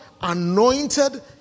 anointed